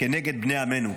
כנגד בני עמנו.